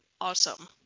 awesome